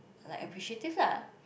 like appreciative lah